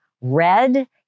red